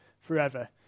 forever